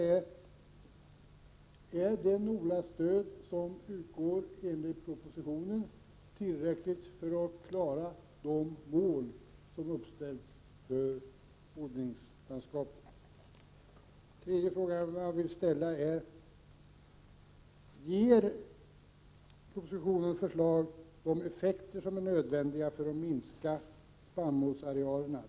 För det andra: Är det NOLA-stöd som enligt propositionen skall utgå tillräckligt för att klara de mål som uppställts för odlingslandskapet? För det tredje: Ger propositionens förslag de effekter som är nödvändiga för att minska spannmålsarealerna?